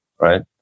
right